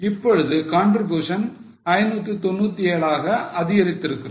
இப்பொழுது contribution 597 ஆக அதிகரித்திருக்கிறது